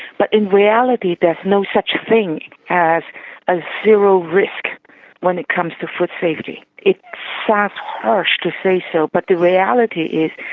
but in reality there is no such thing as a zero risk when it comes to food safety. it sounds harsh to say so but the reality is,